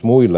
kiitos